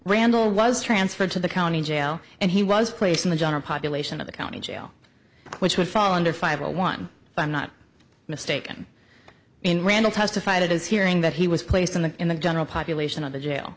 randall was transferred to the county jail and he was placed in the general population of the county jail which would fall under five i won if i'm not mistaken in randall testified at his hearing that he was placed in the in the general population of the jail